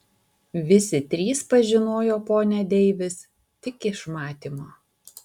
visi trys pažinojo ponią deivis tik iš matymo